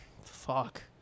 Fuck